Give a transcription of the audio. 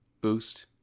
boost